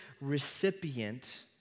recipient